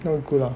not good ah